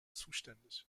zuständig